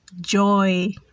joy